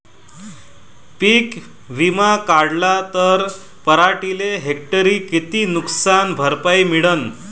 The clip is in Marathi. पीक विमा काढला त पराटीले हेक्टरी किती नुकसान भरपाई मिळीनं?